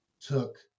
took